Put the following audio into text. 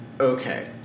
Okay